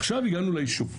עכשיו הגענו ליישוב,